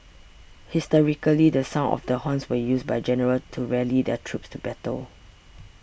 historically the sound of the horns were used by generals to rally their troops to battle